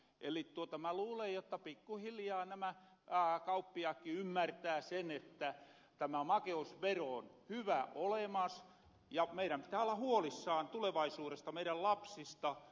eli mä luulen jotta pikkuhiljaa nämä kauppiaatki ymmärtää sen että tämä makeisvero on hyvä olemas ja meidän pitää olla huolissaan tulevaisuudesta meidän lapsista